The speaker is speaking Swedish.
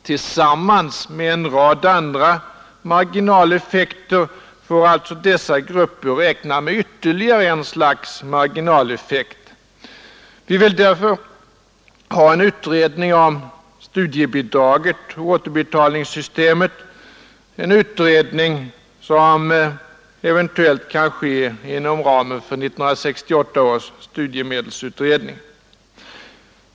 Tillsammans med en rad andra marginaleffekter får alltså dessa grupper räkna med ytterligare ett slags marginaleffekt. Vi vill därför ha en utredning om studiebidraget och återbetalningssystemet, en utredning som eventuellt kan arbeta inom ramen för 1968 års studiemedelsutredning.